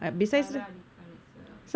sara ali khan as well